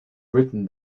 written